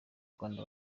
rwanda